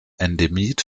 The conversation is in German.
endemit